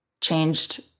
changed